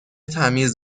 تمیز